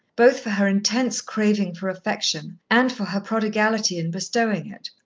both for her intense craving for affection and for her prodigality in bestowing it.